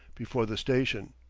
before the station.